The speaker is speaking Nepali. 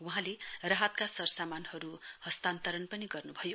वहाँले राहतका सरसामानहरु हस्तान्तरण पनि गर्नुभयो